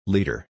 Leader